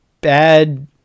bad